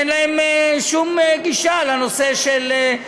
אין להם שום גישה לנושא של,